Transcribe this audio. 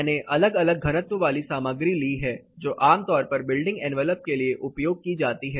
मैंने अलग अलग घनत्व वाली सामग्री ली है जो आम तौर पर बिल्डिंग एनवलप के लिए उपयोग की जाती हैं